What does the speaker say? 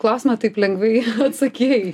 klausimą taip lengvai atsakei